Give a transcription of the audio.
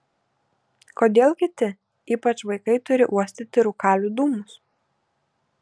kodėl kiti ypač vaikai turi uostyti rūkalių dūmus